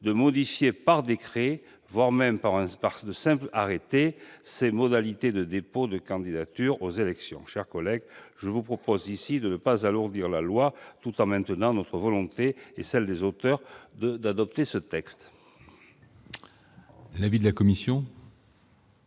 de modifier par décret, voire par un simple arrêté, ces modalités de dépôt de candidature aux élections. Chers collègues, je vous propose ici de ne pas alourdir la loi, tout en maintenant notre volonté et celle des auteurs d'adopter ce texte. Quel est l'avis de la commission ?